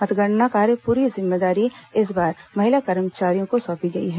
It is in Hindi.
मतगणना कार्य की पूरी जिम्मेदारी इस बार महिला कर्मचारियों को सौंपी गई है